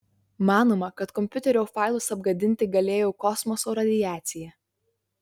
manoma kad kompiuterio failus apgadinti galėjo kosmoso radiacija